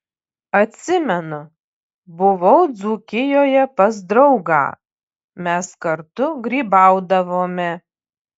atsimenu buvau dzūkijoje pas draugą mes kartu grybaudavome